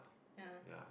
ya